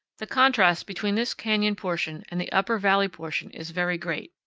the contrast between this canyon portion and the upper valley portion is very great.